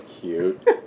cute